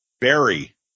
Barry